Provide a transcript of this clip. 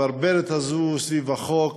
הברברת הזו סביב החוק